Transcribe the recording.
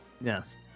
yes